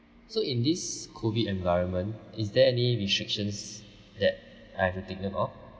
so in this COVID environment is there any restrictions that I have to take note of